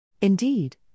Indeed